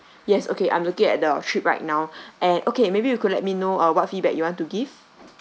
yes okay I'm looking at the trip right now and okay maybe you could let me know uh what feedback you want to give